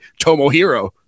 Tomohiro